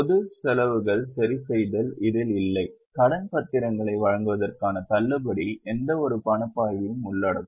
பொது செலவுகள் சரிசெய்தல் இதில் இல்லை கடன் பத்திரங்களை வழங்குவதற்கான தள்ளுபடி எந்தவொரு பணப்பாய்வையும் உள்ளடக்கும்